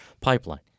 pipeline